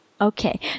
Okay